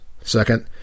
Second